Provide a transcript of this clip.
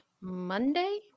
Monday